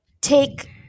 take